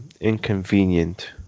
inconvenient